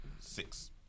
Six